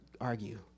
argue